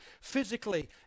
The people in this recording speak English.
physically